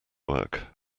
work